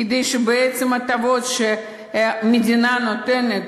כדי שבעצם ההטבות שהמדינה נותנת